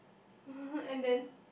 and then